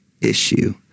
issue